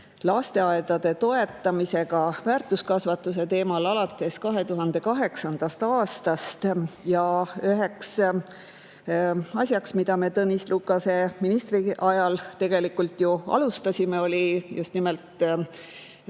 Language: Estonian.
lasteaedade toetamisega väärtuskasvatuse teemal alates 2008. aastast. Ja üks asi, mida me Tõnis Lukase ministriks oleku ajal tegelikult ju alustasime, oli just nimelt